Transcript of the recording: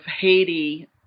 Haiti